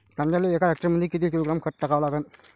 कांद्याले एका हेक्टरमंदी किती किलोग्रॅम खत टाकावं लागन?